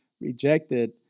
rejected